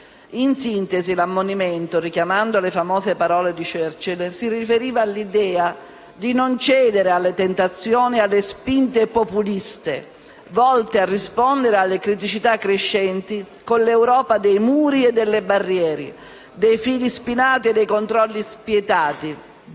In sintesi, l'ammonimento, richiamando le famose parole di Winston Churchill, si riferiva all'idea di non cedere alle tentazioni e alle spinte populiste volte a rispondere alle criticità crescenti con l'Europa dei muri e delle barriere, dei fili spinati e dei controlli spietati.